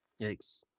Yikes